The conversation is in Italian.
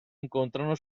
incontrano